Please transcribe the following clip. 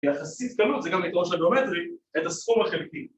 ‫יחסית קלות, זה גם לתיאור של הגיאומטרי, ‫את הסכום החלקי.